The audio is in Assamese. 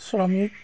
শ্ৰমিক